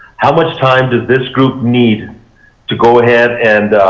how much time does this group need to go ahead and